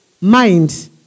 mind